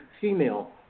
female